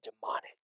demonic